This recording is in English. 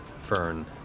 Fern